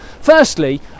Firstly